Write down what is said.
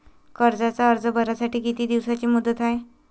कर्जाचा अर्ज भरासाठी किती दिसाची मुदत हाय?